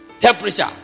temperature